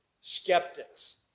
skeptics